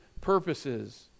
purposes